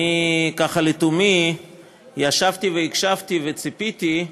לתומי ישבתי והקשבתי וציפיתי: